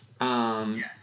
Yes